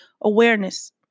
Awareness